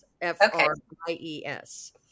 F-R-I-E-S